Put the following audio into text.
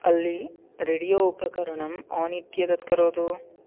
अल्लि radio उपकरणम् on इत्येतत् करोतु